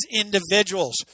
individuals